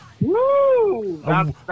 Woo